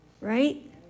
Right